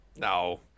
No